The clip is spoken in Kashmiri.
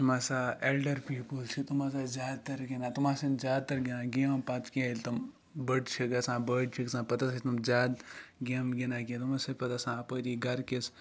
یِم ہَسا ایٚلڈَر پیٖپٕل چھِ تِم ہَسا چھِ زیادٕ تَر گِنٛدان تِم ہَسا چھِ زیادٕ تَر گِنٛدان گیم پَتہٕ کینٛہہ ییٚلہِ تِم بٔڑۍ چھِ گَژھان بٔڑۍ چھِ گَژھان پَتہٕ حظ چھِنہٕ تِم زیادٕ زیادٕ گیمہٕ گِنٛدان کینٛہہ تِم ہَسا چھِ پَتہٕ آسان اَپٲری گَرٕکِس